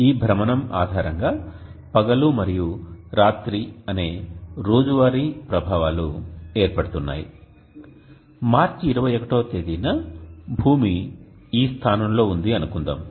ఈ భ్రమణం ఆధారంగా పగలు మరియు రాత్రి అనే రోజువారీ ప్రభావాలు ఏర్పడుతున్నాయి మార్చి 21వ తేదీన భూమి ఈ స్థానంలో ఉంది అనుకుందాం